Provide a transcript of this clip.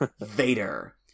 Vader